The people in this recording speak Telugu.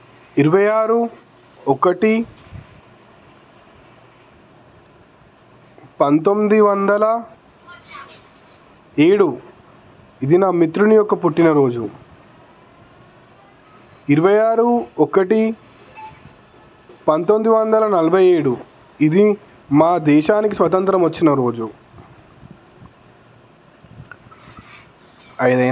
ఇరవై ఆరు ఒకటి పంతొమ్మిది వందల ఏడు ఇది నా మిత్రుని యొక్క పుట్టినరోజు ఇరవై ఆరు ఒకటి పంతొమ్మిది వందల నలభై ఏడు ఇది మా దేశానికి స్వతంత్రం వచ్చిన రోజు అయినా ఏ